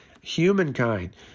humankind